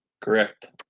Correct